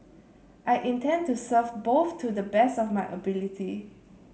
I intend to serve both to the best of my ability